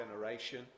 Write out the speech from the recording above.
generation